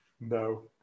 no